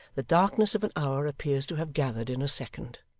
the darkness of an hour appears to have gathered in a second.